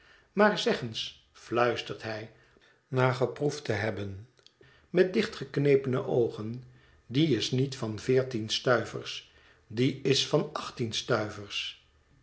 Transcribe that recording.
maar zeg eens fluistert hij na geproefd te hebben met dichtgeknepene oogen die is niet van veertien stuivers die is van achttien stuivers